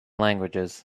languages